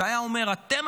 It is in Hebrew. והיה אומר: אתם,